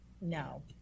No